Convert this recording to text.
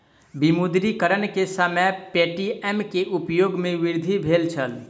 विमुद्रीकरण के समय पे.टी.एम के उपयोग में वृद्धि भेल छल